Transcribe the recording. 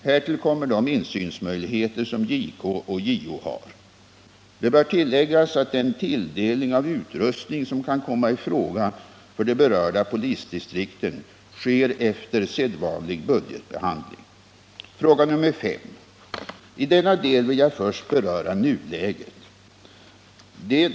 Härtill kommer de insynsmöjligheter som JK och JO har. Det bör tilläggas att den tilldelning av utrustning som kan komma i fråga för de berörda polisdistrikten sker efter sedvanlig budgetbehandling. 5. I denna del vill jag först beröra nuläget.